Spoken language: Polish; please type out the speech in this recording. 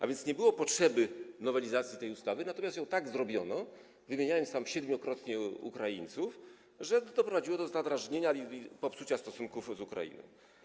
A więc nie było potrzeby nowelizacji tej ustawy, natomiast tak to zrobiono, wymieniając tam siedmiokrotnie Ukraińców, że doprowadziło to do zadrażnienia i popsucia stosunków z Ukrainą.